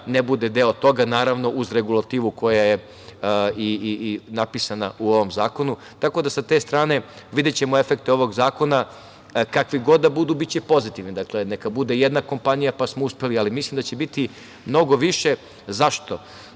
ne bude deo toga, naravno uz regulativu koja je i napisana u ovom zakonu tako da se te strane videćemo efekte ovog zakona. Kakvi god da budu biće pozitivni. Dakle, neka bude jedna kompanija, pa smo uspeli, ali mislim da će biti mnogo više.Zašto?